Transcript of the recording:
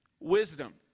wisdom